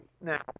Now